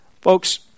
Folks